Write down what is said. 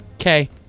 Okay